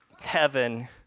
heaven